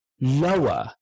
lower